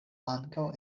ankaŭ